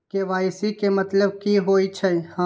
KYC के मतलब कि होई छै?